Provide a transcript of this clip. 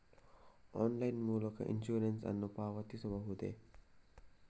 Online ಮೂಲಕ insurance ನ್ನು ಪಾವತಿಸಬಹುದೇ?